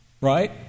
Right